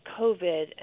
COVID